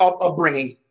upbringing